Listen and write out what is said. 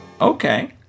Okay